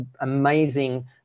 amazing